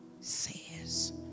says